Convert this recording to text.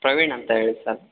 ಪ್ರವೀಣ್ ಅಂತ ಹೇಳಿ ಸರ್